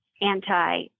anti